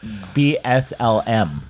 BSLM